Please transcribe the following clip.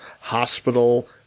hospital